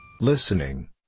Listening